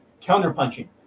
counter-punching